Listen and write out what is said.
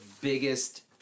biggest